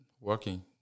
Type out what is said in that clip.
working